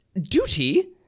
duty